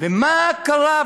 ומה קרה?